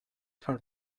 for